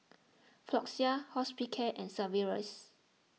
Floxia Hospicare and Sigvaris